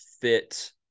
fit